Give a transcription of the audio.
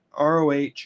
ROH